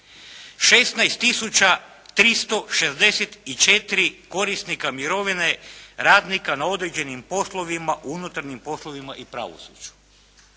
16364 korisnika mirovine radnika na određenim poslovima u unutarnjim poslovima i pravosuđu,